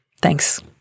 Thanks